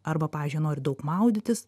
arba pavyzdžiui nori daug maudytis